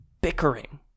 bickering